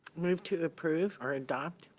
move to approve or adopt.